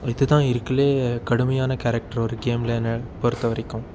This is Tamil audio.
இதுதான் இருக்கறதில் கடுமையான கேரக்டர் ஒரு கேமில் என்னை பொறுத்த வரைக்கும்